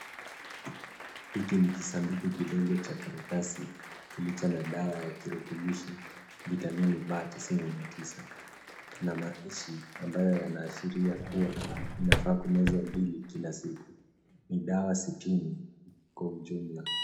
Hiki ni kisanduku kidogo cha karatasi, kilicho na dawa ya kirutubishi vitamini B 69. Kuna maandishi ambayo yanaashiria kua inafaa kumezwa mbili kila siku. Ni dawa sitini kwa ujumla.